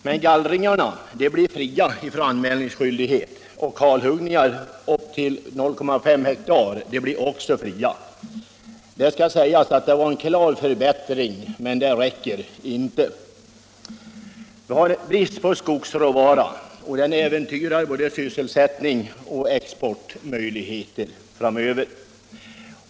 Men gallringarna blev fria från anmälningsskyldighet, och kalhuggningar på upp till 0,5 hektar blev också fria. Det kan sägas att detta var en klar förbättring, men den räcker inte. Vidare råder brist på skogsråvara, vilket äventyrar såväl sysselsättning som exportmöjligheter framöver.